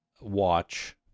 watch